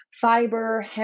fiber